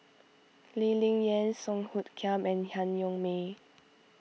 Lee Ling Yen Song Hoot Kiam and Han Yong May